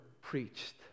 preached